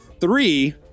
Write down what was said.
Three